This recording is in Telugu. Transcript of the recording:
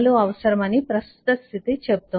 అవసరమని ప్రస్తుత స్థితి చెబుతోంది